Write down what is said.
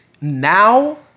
now